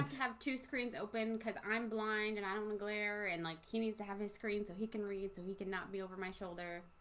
have two screens open cuz i'm blind and i don't um and glare and like he needs to have a screen so he can read so and he cannot be over my shoulder.